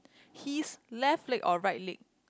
he is left leg or right leg